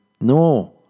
No